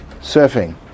surfing